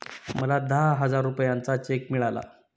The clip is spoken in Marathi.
मला दहा हजार रुपयांचा चेक मिळाला